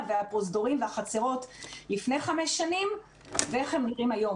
והפרוזדורים והחצרות לפני חמש שנים ואיך הם נראים היום.